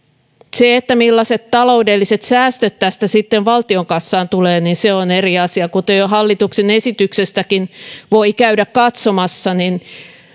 se millaiset taloudelliset säästöt tästä sitten valtion kassaan tulevat on eri asia ja kuten jo hallituksen esityksestäkin voi käydä katsomassa niin